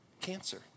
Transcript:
Cancer